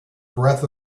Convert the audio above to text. breath